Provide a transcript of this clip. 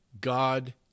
God